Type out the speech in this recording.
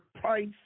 Price